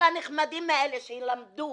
כל הנחמדים האלה שלמדו